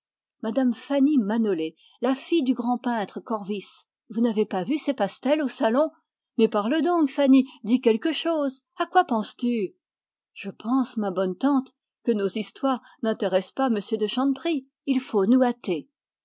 fanny manolé la fille du grand peintre corvis vous n'avez pas vu ses pastels au salon mais parle donc fanny dis quelque chose à quoi penses-tu je pense ma bonne tante que nos histoires n'intéressent pas monsieur de chanteprie il faut nous hâter